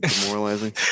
Demoralizing